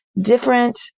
different